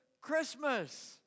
Christmas